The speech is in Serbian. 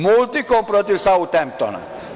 Multikom“ protiv „Sautemptona“